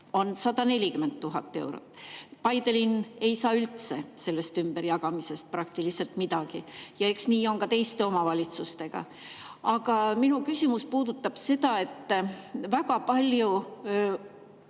on 140 000 eurot. Paide linn ei saa sellest ümberjagamisest praktiliselt midagi ja eks on nii ka teiste omavalitsustega. Aga minu küsimus puudutab seda, et väga palju